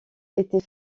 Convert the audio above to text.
était